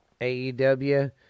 AEW